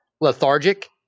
lethargic